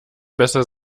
besser